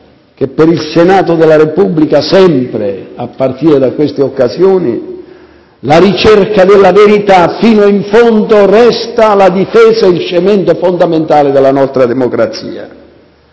che per il Senato della Repubblica sempre, a partire da queste occasioni, la ricerca della verità, fino in fondo, resta la difesa e il cemento fondamentale della nostra democrazia.